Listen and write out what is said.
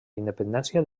independència